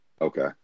okay